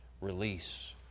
release